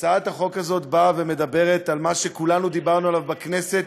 הצעת החוק הזאת באה ומדברת על מה שכולנו דיברנו עליו בכנסת